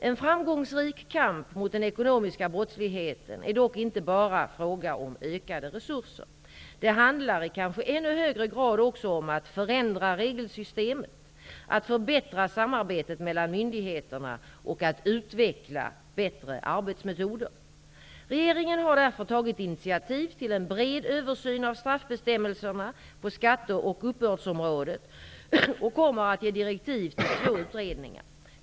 En framgångsrik kamp mot den ekonomiska brottsligheten är dock inte bara fråga om ökade resurser. Det handlar i kanske ännu högre grad också om att förändra regelsystemet, att förbättra samarbetet mellan myndigheterna och att utveckla bättre arbetsmetoder. Regeringen har därför tagit initiativ till en bred översyn av straffbestämmelserna på skatte och uppbördsområdet och kommer att ge direktiv till två utredningar.